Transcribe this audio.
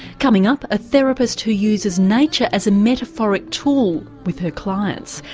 coming up, a therapist who uses nature as a metaphoric tool with her clients.